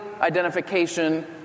identification